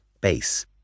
base